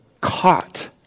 caught